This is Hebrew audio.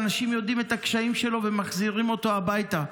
ואנשים יודעים את הקשיים שלו ומחזירים אותו הביתה.